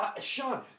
Sean